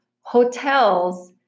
hotels